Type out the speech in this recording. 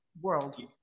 World